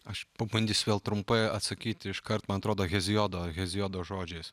aš pabandysiu vėl trumpai atsakyti iškart man atrodo heziodo heziodo žodžiais